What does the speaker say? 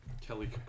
Kelly